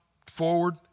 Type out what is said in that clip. forward